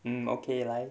mm okay 来